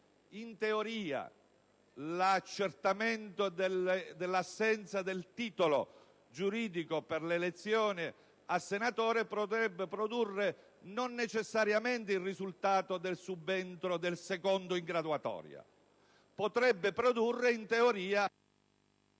Magri. L'accertamento dell'assenza del titolo giuridico per l'elezione a senatore non è destinato a produrre necessariamente il risultato del subentro del secondo in graduatoria: potrebbe produrre, in teoria,